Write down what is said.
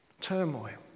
turmoil